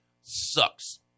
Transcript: sucks